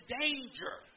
danger